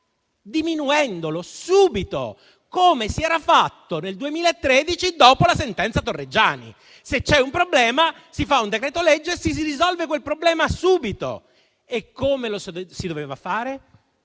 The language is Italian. diminuendolo subito, come è stato fatto nel 2013, dopo la sentenza Torreggiani. Se c'è un problema, si fa un decreto-legge e si risolve quel problema subito. E come lo si doveva fare?